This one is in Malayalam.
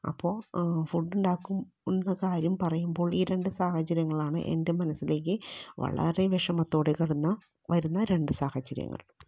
അപ്പോൾ ഫുഡുണ്ടാകും എന്ന കാര്യം പറയുമ്പോൾ ഈ രണ്ട് സാഹചര്യങ്ങളാണ് എൻ്റെ മനസ്സിലേക്ക് വളരെ വിഷമത്തോടെ കടന്നു വരുന്ന രണ്ട് സാഹചര്യങ്ങൾ